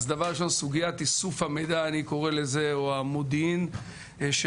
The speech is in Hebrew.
אז דבר ראשון סוגיית איסוף המידע אני קורא לזה או המודיעין שלנו,